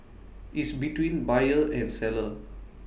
is between buyer and seller